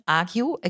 argue